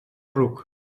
ruc